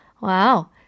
Wow